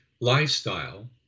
lifestyle